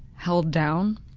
held down.